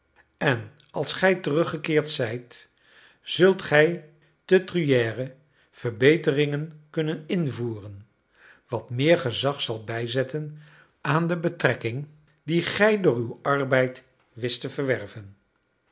en als gij teruggekeerd zijt zult gij te truyères verbeteringen kunnen invoeren wat meer gezag zal bijzetten aan de betrekking die gij door uw arbeid wist te verwerven